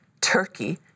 Turkey